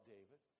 David